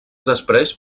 després